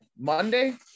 Monday